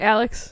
Alex